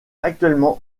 actuellement